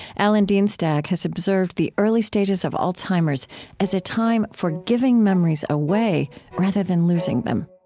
alan dienstag has observed the early stages of alzheimer's as a time for giving memories away rather than losing them